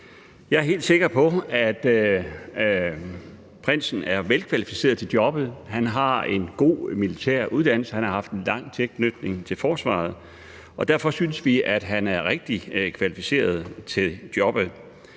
Jeg er helt sikker på, at prinsen er velkvalificeret til jobbet. Han har en god militær uddannelse, han har haft en lang tilknytning til forsvaret, og derfor synes vi, at han er rigtig kvalificeret til jobbet.